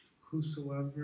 whosoever